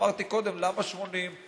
ואמרתי קודם, למה 80?